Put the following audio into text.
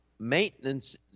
maintenance